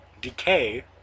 decay